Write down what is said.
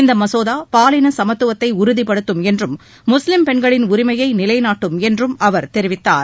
இந்த மசோதா பாலின சமத்துவத்தை உறுதிப்படுத்தும் என்றும் முஸ்லிம் பெண்களின் உரிமையை நிலைநாட்டும் என்று அவர் தெரிவித்தார்